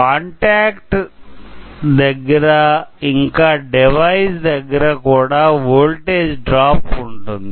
contacts దగ్గర ఇంకా device దగ్గర కూడా వోల్టేజ్ డ్రాప్ ఉంటుంది